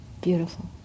Beautiful